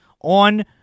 on